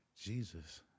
Jesus